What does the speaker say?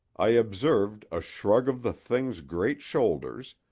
i observed a shrug of the thing's great shoulders,